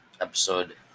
Episode